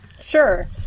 Sure